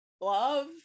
love